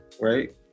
right